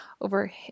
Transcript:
over